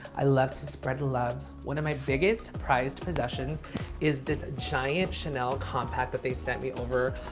i love to spread the love. one of my biggest prized possessions is this giant chanel compact that they sent me over.